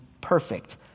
perfect